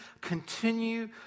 continue